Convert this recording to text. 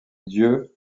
dieu